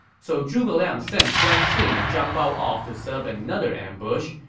so zhuge liang sent guan xing and zhang bao off to set up another ambush,